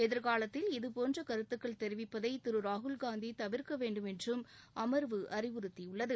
எதிர்காலத்தில் இதுபோன்ற கருத்துக்கள் தெரிவிப்பதை திரு ராகுல்காந்தி தவிர்க்க வேண்டுமென்றும் அமர்வு அறிவுறுத்தியுள்ளது